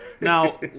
Now